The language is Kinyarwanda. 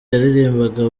yaririmbaga